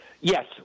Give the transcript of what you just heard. Yes